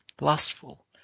lustful